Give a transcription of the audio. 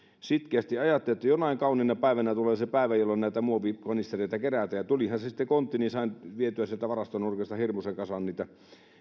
sitkeästi ajattelin että jonain kauniina päivänä tulee se päivä jolloin näitä muovikanistereita kerätään ja tulihan se kontti niin että sain vietyä sieltä varaston nurkasta hirmuisen kasan niitä